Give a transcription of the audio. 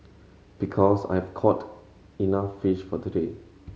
because I've caught enough fish for today